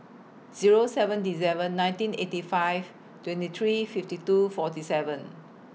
Zero seven December nineteen eighty five twenty three fifty two forty seven